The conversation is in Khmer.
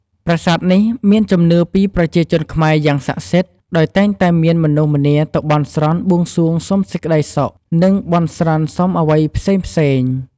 ប្រាសាទនេះមានជំនឿពីប្រជាជនខ្មែរយ៉ាងស័ក្តិសិទ្ធ ដោយតែងតែមានមនុស្សម្នាទៅបន់ស្រន់បួងសួងសុំសេចក្ដីសុខ និង បន់ស្រន់សុំអ្វីផ្សេងៗ។